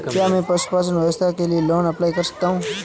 क्या मैं पशुपालन व्यवसाय के लिए लोंन अप्लाई कर सकता हूं?